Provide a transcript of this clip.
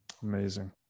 Amazing